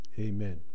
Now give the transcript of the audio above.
Amen